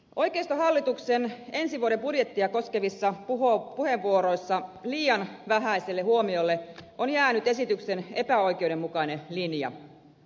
oikeistohallituksen ensi vuoden budjettia koskevissa puheenvuoroissa liian vähäiselle huomiolle on jäänyt esityksen epäoikeudenmukainen linja